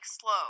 slow